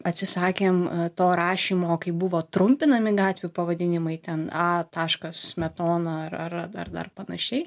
atsisakėm to rašymo kai buvo trumpinami gatvių pavadinimai ten a taškas smetona ar ar dar panašiai